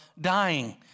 dying